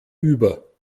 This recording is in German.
über